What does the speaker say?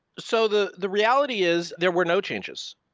so the the reality is there were no changes.